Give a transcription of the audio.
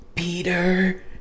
Peter